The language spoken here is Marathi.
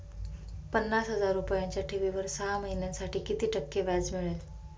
पन्नास हजार रुपयांच्या ठेवीवर सहा महिन्यांसाठी किती टक्के व्याज मिळेल?